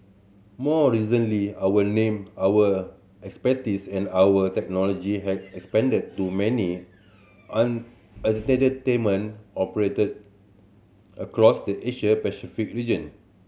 more recently our name our expertise and our technology have expanded to many entertainment operated across the Asia Pacific region